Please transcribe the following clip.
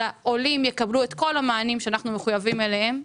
אלא עולים יקבלו את כל המענים שאנחנו מחויבים אליהם,